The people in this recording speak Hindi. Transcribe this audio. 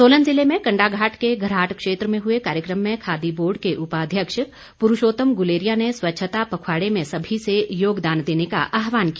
सोलन जिले में कण्डाघाट के घराट क्षेत्र में हुए कार्यक्रम में खादी बोर्ड के उपाध्यक्ष पुरूषोतम गुलेरिया ने स्वच्छता पखवाड़े में सभी से योगदान देने का आहवान किया